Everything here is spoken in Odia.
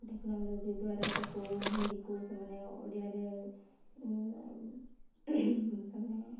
ଟେକ୍ନୋଲୋଜି ଦ୍ୱାରା ତାକୁ ହିନ୍ଦୀକୁ ସେମାନେ ଓଡ଼ିଆରେ ତା'ମାନେ